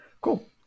cool